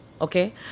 okay